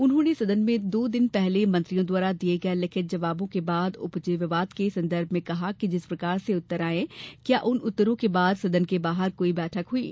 उन्होंने सदन में दो दिन पहले मंत्रियों द्वारा दिए गए लिखित जवाबों के बाद उपजे विवाद के संदर्भ में कहा कि जिस प्रकार से उत्तर आए क्या उन उत्तरों के बाद सदन के बाहर कोई बैठक हुई है